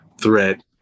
threat